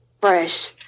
fresh